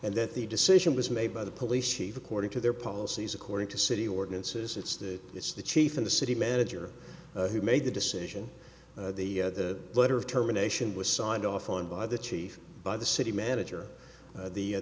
and that the decision was made by the police chief according to their policies according to city ordinances it's the it's the chief in the city manager who made the decision the letter of terminations was signed off on by the chief by the city manager the